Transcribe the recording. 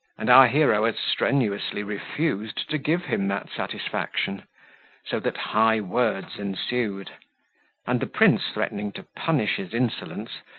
and our hero as strenuously refused to give him that satisfaction so that high words ensued and the prince threatening to punish his insolence,